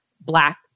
Black